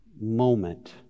moment